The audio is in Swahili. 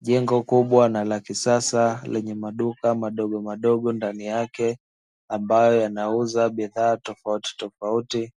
Jengo kubwa na la kisasa lenye maduka madogomadogo ndani yake ambayo yanauza bidhaa tofautitofauti,